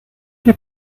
qué